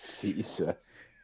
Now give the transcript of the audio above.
Jesus